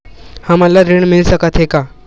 हमन ला ऋण मिल सकत हे का?